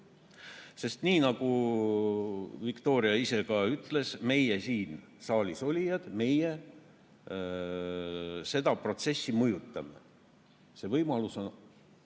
Sest nii nagu Viktoria ise ka ütles, meie, siin saalis olijad, meie seda protsessi mõjutame. See võimalus on